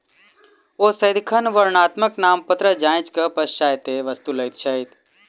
ओ सदिखन वर्णात्मक नामपत्र जांचक पश्चातै वस्तु लैत छथि